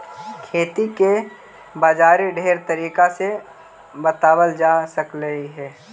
खेती के बाजारी ढेर तरीका से बताबल जा सकलाई हे